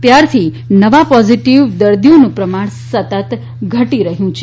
ત્યારથી નવા પોઝીટીવ દર્દીઓનું પ્રમાણ સતત ઘટી રહયું છે